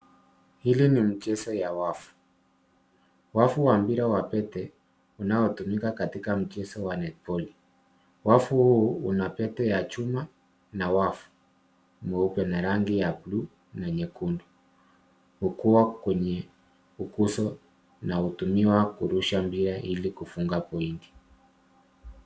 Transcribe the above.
Hili ni mchezo ya wavu. Wavu wa mpira wa pete unaotumika katika mchezo wa netiboli . Wavu huu una pete ya chuma na wavu mweupe na rangi ya bluu na nyekundu. Hukuwa kwenye ukuzo na hutumiwa kurusha mpira ilikufunga pointi .